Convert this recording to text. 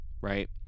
right